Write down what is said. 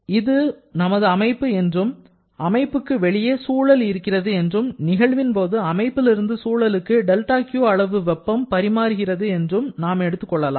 இது நமது அமைப்பு என்றும் அமைப்புக்கு வெளியே சூழல் இருக்கிறது என்றும் நிகழ்வின்போது அமைப்பிலிருந்து சூழலுக்கு δQ அளவு வெப்பம் பரிமாறுகிறது என்றும் நாம் எடுத்துக் கொள்ளலாம்